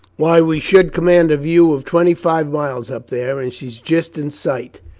why, we should command a view of twenty-five miles up there, and she's just in sight,